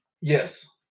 Yes